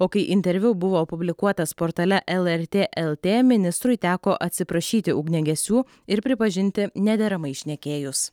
o kai interviu buvo publikuotas portale lrt lt ministrui teko atsiprašyti ugniagesių ir pripažinti nederamai šnekėjus